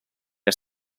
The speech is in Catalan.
que